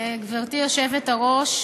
גברתי היושבת-ראש,